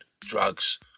Drugs